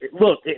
look